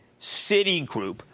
Citigroup